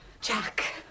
Jack